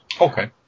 okay